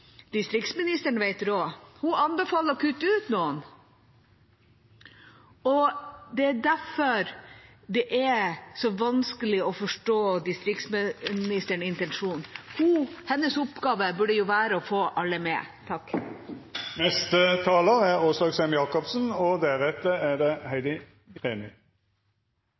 Distriktsministeren vet råd: Hun anbefaler å kutte ut noen. Det er derfor det er så vanskelig å forstå distriktsministerens intensjon. Hennes oppgave burde jo være å få alle med. Det er store utfordringer i fylkeskommunene våre om dagen – store. Og det er